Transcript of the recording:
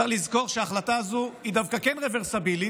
צריך לזכור שההחלטה הזו היא דווקא כן רברסבילית,